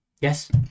Yes